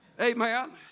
Amen